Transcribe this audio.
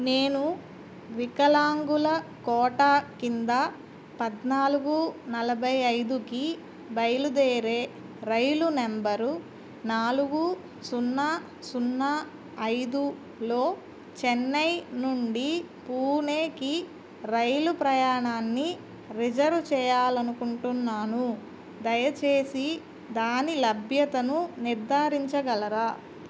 నేను వికలాంగుల కోటా కింద పద్నాలుగు నలభై ఐదుకి బయలుదేరే రైలు నెంబర్ నాలుగు సున్న సున్నా ఐదులో చెన్నై నుండి పూణేకి రైలు ప్రయాణాన్ని రిజర్వ్ చేయాలి అనుకుంటున్నాను దయచేసి దాని లభ్యతను నిర్ధారించగలరా